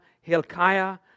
Hilkiah